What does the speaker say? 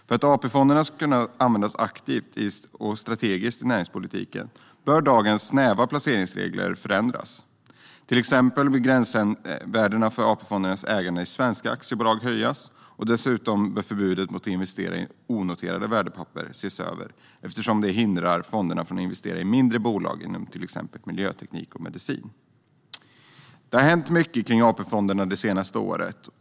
Fo ̈r att AP-fonderna ska kunna anva ̈ndas i en aktiv och strategisk na ̈ringspolitik bo ̈r a ̈ven dagens sna ̈va placeringsregler fo ̈ra ̈ndras. Till exempel bo ̈r gra ̈nsva ̈rdena fo ̈r AP-fondernas a ̈gande i svenska aktiebolag ho ̈jas. Dessutom bo ̈r fo ̈rbudet mot att investera i onoterade va ̈rdepapper ses o ̈ver eftersom det hindrar fonderna att investera i mindre bolag inom till exempel miljo ̈teknik och medicin. Det har hänt mycket kring AP-fonderna det senaste året.